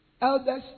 Elders